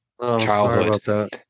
childhood